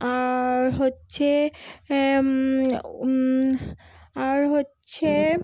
আর হচ্ছে আর হচ্ছে